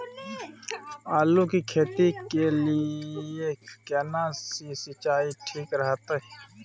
आलू की खेती के लिये केना सी सिंचाई ठीक रहतै?